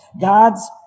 God's